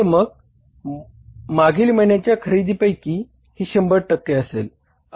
तर मागील महिन्यांच्या खरेदींपैकी ही 100 असेल